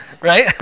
Right